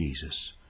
Jesus